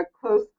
close